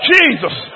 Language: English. Jesus